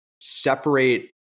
separate